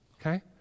okay